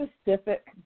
specific